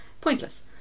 Pointless